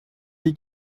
dix